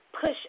push